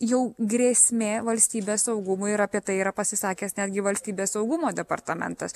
jau grėsmė valstybės saugumui ir apie tai yra pasisakęs netgi valstybės saugumo departamentas